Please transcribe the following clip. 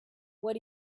what